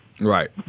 Right